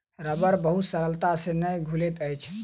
रबड़ बहुत सरलता से नै घुलैत अछि